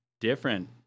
different